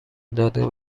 دادگاه